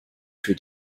für